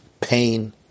pain